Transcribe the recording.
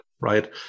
right